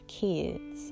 kids